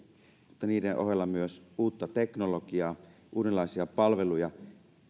mutta niiden ohella myös uutta teknologiaa uudenlaisia palveluja